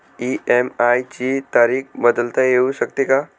EMI ची तारीख बदलता येऊ शकते का?